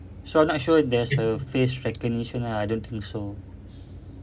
so I'm not sure if there's a face recognition ah I don't think so